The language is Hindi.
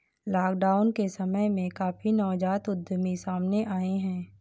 लॉकडाउन के समय में काफी नवजात उद्यमी सामने आए हैं